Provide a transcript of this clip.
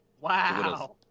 Wow